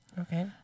Okay